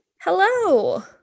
Hello